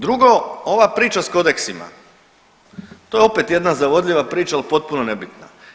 Drugo, ova priča s kodeksima, to je opet jedna zavodljiva priča al potpuno nebitna.